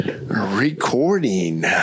recording